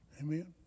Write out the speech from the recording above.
Amen